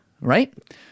Right